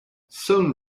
soon